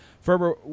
Ferber